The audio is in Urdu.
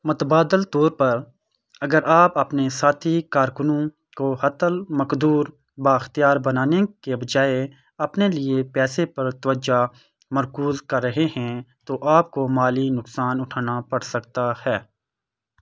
متبادل طور پر اگر آپ اپنے ساتھی کارکنوں کو حتی المقدور بااختیار بنانے کے بجائے اپنے لیے پیسے پر توجہ مرکوز کر رہے ہیں تو آپ کو مالی نقصان اٹھانا پڑ سکتا ہے